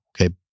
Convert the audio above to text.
Okay